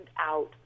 out